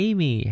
Amy